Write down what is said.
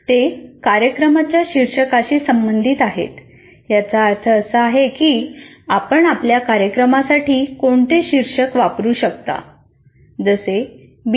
ते कार्यक्रमाच्या शिर्षकाशी संबंधित आहेत याचा अर्थ असा की आपण आपल्या कार्यक्रमासाठी कोणते शीर्षक वापरू शकता बी